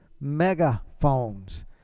megaphones